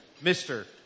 Mr